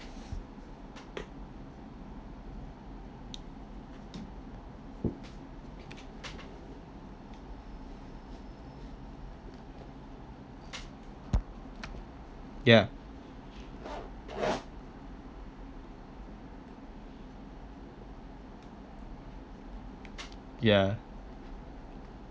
yeah yeah